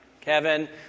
Kevin